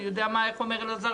אני לא יודע איך אומר אלעזר?